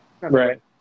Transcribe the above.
Right